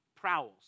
Prowls